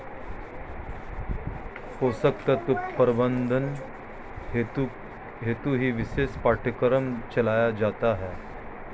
पोषक तत्व प्रबंधन हेतु ही विशेष पाठ्यक्रम चलाया जाता है